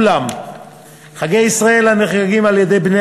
אולם חגי ישראל הנחגגים על-ידי בני